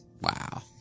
Wow